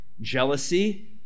jealousy